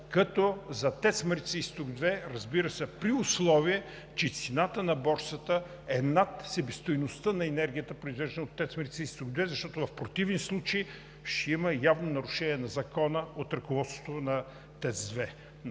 като за ТЕЦ „Марица изток 2“, разбира се, при условие, че цената на борсата е над себестойността на енергията, произвеждана от ТЕЦ „Марица изток 2“, защото в противни случаи ще има явно нарушение на Закона от ръководството на ТЕЦ 2.